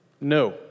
no